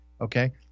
Okay